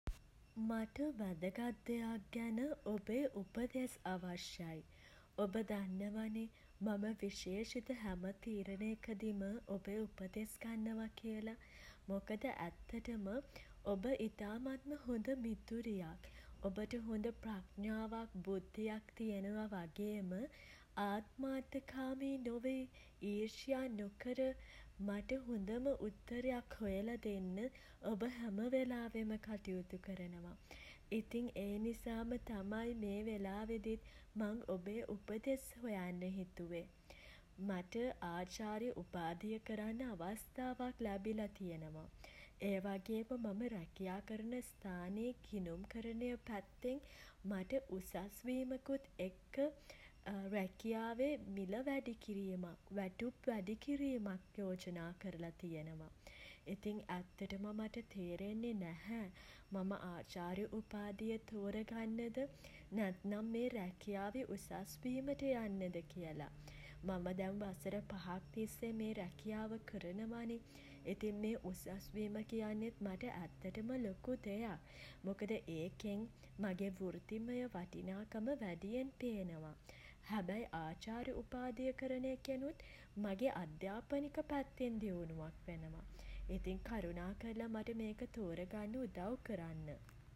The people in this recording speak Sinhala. මට වැදගත් දෙයක් ගැන ඔබේ උපදෙස් අවශ්‍යයි. ඔබ දන්නවනෙ මම විශේෂිත හැම තීරණයකදිම ඔබේ උපදෙස් ගන්නවා කියල. මොකද ඇත්තටම ඔබ ඉතාමත්ම හොඳ මිතුරියක්. ඔබට හොඳ ප්‍රඥාවක් බුද්ධියක් තියෙනවා වගේම ආත්මාර්ථකාමී නොවී ඊර්ෂ්‍යා නොකර මට හොඳම උත්තරයක් හොයලා දෙන්න ඔබ හැම වෙලාවෙම කටයුතු කරනවා. ඉතින් ඒ නිසාම තමයි මේ වෙලාවෙදිත් මං ඔබේ උපදෙස් හොයන්න හිතුවේ. මට ආචාර්ය උපාධිය කරන්න අවස්තාවක් ලැබිලා තියෙනවා. ඒ වගේම මම රැකියා කරන ස්ථානයේ ගිණුම්කරණය පැත්තෙන් මට උසස් වීමකුත් එක්ක රැකියාවේ මිළ වැඩි කිරීමක් වැටුප් වැඩි කිරීමක් යෝජනා කරලා තියනවා. ඉතින් ඇත්තටම මට තේරෙන්නේ නැහැ මම ආචාර්ය උපාධිය තෝර ගන්නද නැත්නම් මේ රැකියාවේ උසස්වීමට යන්නද කියල. මම දැන් වසර පහක් තිස්සේ මේ රැකියාව කරනවනේ. ඉතින් මේ උසස්වීම කියන්නෙත් මට ඇත්තටම ලොකු දෙයක්. මොකද ඒකෙන් මගේ වෘත්තිමය වටිනාකම වැඩියෙන් පේනවා. හැබැයි ආචාර්ය උපාධිය කරන එකෙනුත් මගෙ අධ්‍යානික පැත්තෙන් දියුණුවක් වෙනවා. ඉතින් කරුණාකරලා මට මේක තෝර ගන්න උදව් කරන්න.